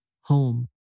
home